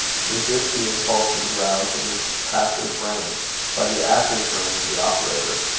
resist the impulses roused in his passive brain by the active brain of the operator.